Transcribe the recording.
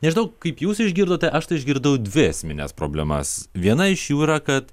nežinau kaip jūs išgirdote aš tai išgirdau dvi esmines problemas viena iš jų yra kad